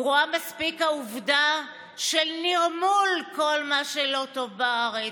גרועה מספיק העובדה של נרמול כל מה שלא טוב בארץ.